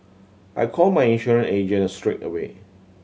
I called my insurance agent straight away